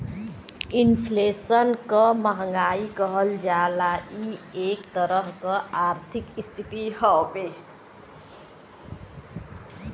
inflation क महंगाई कहल जाला इ एक तरह क आर्थिक स्थिति हउवे